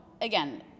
again